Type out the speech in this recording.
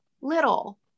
little